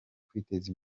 kwiteza